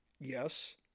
Yes